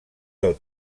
del